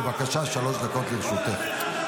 בבקשה, שלוש דקות לרשותך.